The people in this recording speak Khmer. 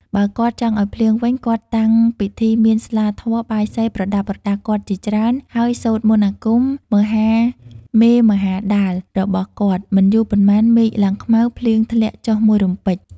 បើគាត់ចង់ឲ្យភ្លៀងវិញ គាត់តាំងពិធីមានស្លាធម៌ បាយសី ប្រដាប់ប្រដាគាត់ជាច្រើន ហើយសូត្រមន្តអាគម (មហាមេមហាដាល)របស់គាត់ មិនយូរប៉ុន្មានមេឃឡើងខ្មៅ ភ្លៀងធ្លាក់ចុះមួយរំពេច។